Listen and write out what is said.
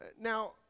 Now